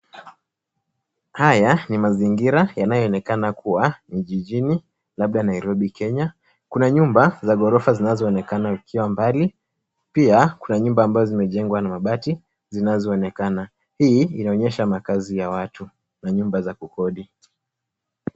Haya ni mazingira yanayoonekana kuwa ni jijini, labda Nairobi Kenya. Kuna nyumba za ghorofa zinazoonekana zikiwa mbali. Pia, kuna nyumba ambayo zimejengwa na mabati zinazoonekana. Hii inaonyesha makazi ya watu na nyumba za kukodi.